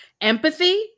Empathy